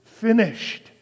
finished